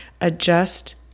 Adjust